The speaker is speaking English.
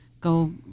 go